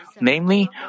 Namely